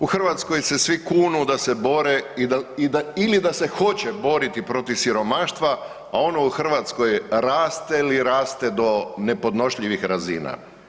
U Hrvatskoj se svi kunu da se bore ili da se hoće boriti protiv siromaštva a ono u Hrvatskoj raste li raste do nepodnošljivih razina.